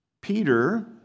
Peter